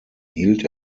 hielt